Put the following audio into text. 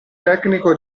tecnico